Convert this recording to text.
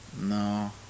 No